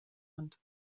hand